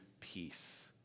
peace